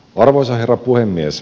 arvoisa herra puhemies